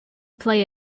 play